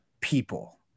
people